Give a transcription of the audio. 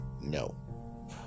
No